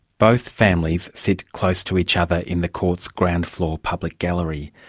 both families sit close to each other in the court's ground-floor public gallery.